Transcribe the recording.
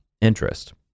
interest